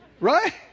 Right